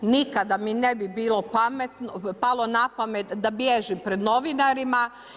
Nikada mi ne bi bilo palo na pamet da bježim pred novinarima.